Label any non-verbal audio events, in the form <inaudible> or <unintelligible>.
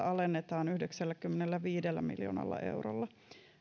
<unintelligible> alennetaan yhdeksälläkymmenelläviidellä miljoonalla eurolla